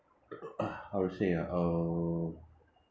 how to say ah err